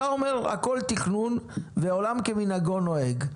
אתה אומר הכול תכנון ועולם כמנהגו נוהג,